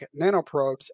nanoprobes